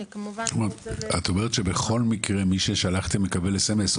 את אומרת שבכל מקרה מי ששלחתם יקבל סמס,